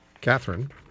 Catherine